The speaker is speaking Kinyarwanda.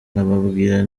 nkababwira